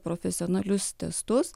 profesionalius testus